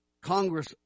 Congress